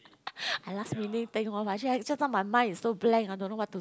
I last minute think of actually I just now my mind is so blank I don't know what to